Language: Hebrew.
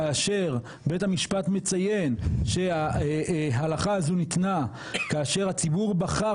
כאשר בית המשפט מציין שההלכה הזו ניתנה כאשר הציבור בחר